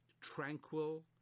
tranquil